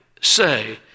say